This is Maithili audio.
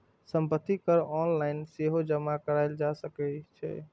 संपत्ति कर ऑनलाइन सेहो जमा कराएल जा सकै छै